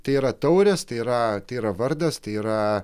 tai yra taurės tai yra tai yra vardas tai yra